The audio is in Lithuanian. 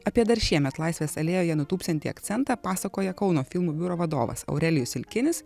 apie dar šiemet laisvės alėjoje nutūpsiantį akcentą pasakoja kauno filmų biuro vadovas aurelijus silkinis